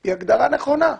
היא הגדרה נכונה.